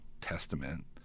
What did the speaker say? testament